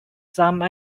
some